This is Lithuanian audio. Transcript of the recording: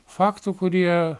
faktų kurie